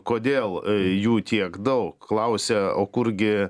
kodėl jų tiek daug klausia o kurgi